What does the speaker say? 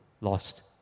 lost